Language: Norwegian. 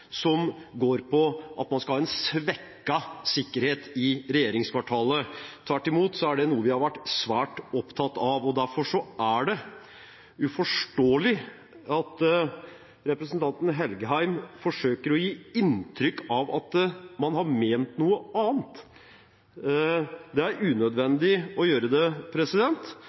som går ut på at man skal ha en svekket sikkerhet i regjeringskvartalet, tvert imot er dette noe vi har vært svært opptatt av. Derfor er det uforståelig at representanten Engen-Helgheim forsøker å gi inntrykk av at man har ment noe annet. Det er unødvendig å gjøre det,